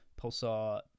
pulsar